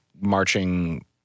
marching